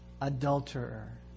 adulterer